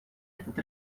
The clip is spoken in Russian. этот